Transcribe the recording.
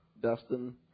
Dustin